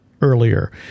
earlier